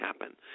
happen